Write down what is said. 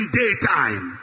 daytime